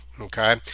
okay